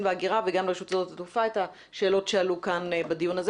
וההגירה וגם לרשות שדות התעופה את השאלות שעלו כאן בדיון הזה